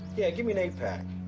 yeah, give me an eight pack.